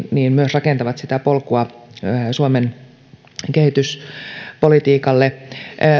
rakentavat sitä polkua suomen kehityspolitiikalle